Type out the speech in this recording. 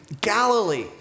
Galilee